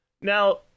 now